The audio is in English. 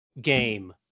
game